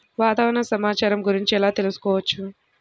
వాతావరణ సమాచారము గురించి ఎలా తెలుకుసుకోవచ్చు?